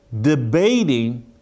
debating